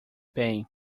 bem